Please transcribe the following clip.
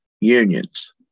unions